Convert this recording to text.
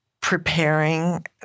preparing